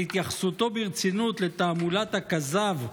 על התייחסותו ברצינות ל"תעמולת הכזב"